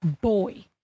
boy